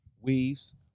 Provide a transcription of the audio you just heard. Weaves